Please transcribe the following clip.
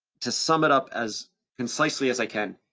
to sum it up as concisely as i can,